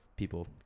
people